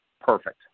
Perfect